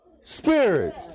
spirit